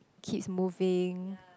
keeps moving